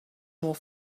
more